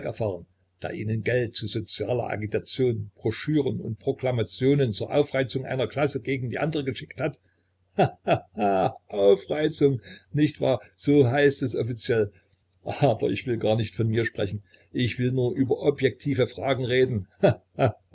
erfahren der ihnen geld zu sozialer agitation broschüren und proklamationen zur aufreizung einer klasse gegen die andere geschickt hat ha ha ha aufreizung nicht wahr so heißt es offiziell aber ich will gar nicht von mir sprechen ich will nur über objektive fragen reden